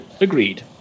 agreed